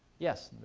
yes,